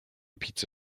pizza